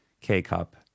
K-cup